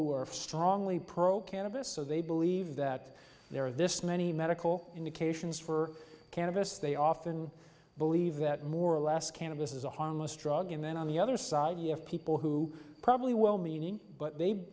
who are strongly pro cannabis so they believe that there are this many medical indications for cannabis they often believe that more or less cannabis is a harmless drug and then on the other side you have people who probably well meaning but they